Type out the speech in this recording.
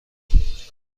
کنم